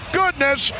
goodness